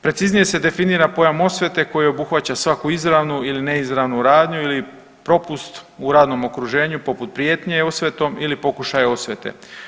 Preciznije se definira pojam osvete koji obuhvaća svaku izravnu ili neizravnu radnju ili propust u radnom okruženju poput prijetnje osvetom ili pokušaj osvete.